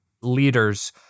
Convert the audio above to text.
Leaders